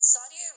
Saudi